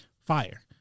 fire